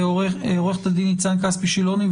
עורכת הדין ניצן כספי שילוני,